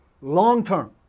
long-term